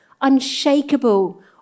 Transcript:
unshakable